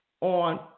on